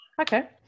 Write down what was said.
Okay